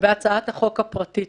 שבהצעת החוק הפרטית,